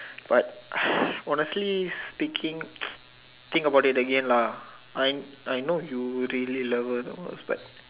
but honestly speaking think about it again lah I I know you really love her the most but